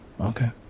Okay